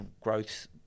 growth